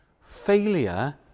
Failure